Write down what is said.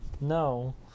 No